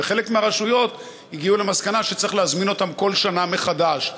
אבל בחלק מהרשויות הגיעו למסקנה שצריך להזמין אותם כל שנה מחדש,